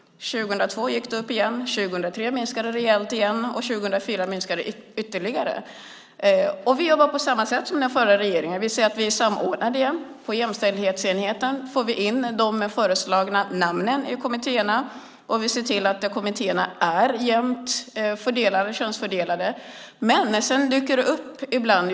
År 2002 gick det upp igen. År 2003 minskade det rejält igen. År 2004 minskade det ytterligare. Vi jobbar på samma sätt som den förra regeringen, det vill säga att vi samordnar detta. På jämställdhetsenheten får vi in de föreslagna namnen i kommittéerna. Vi ser till att kommittéerna är jämnt könsfördelade. Men sedan dyker det upp något ibland.